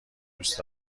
دوست